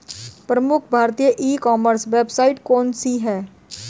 प्रमुख भारतीय e commerce website कौन कौन सी हैं?